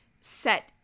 set